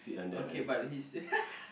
okay but he's